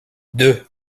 deux